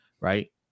Right